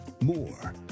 more